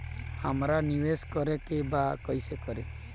हमरा निवेश करे के बा कईसे करी?